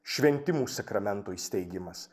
šventimų sakramento įsteigimas